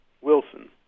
Wilson